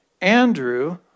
Andrew